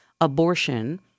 abortion